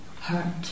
hurt